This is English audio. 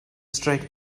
straight